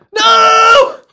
No